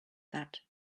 that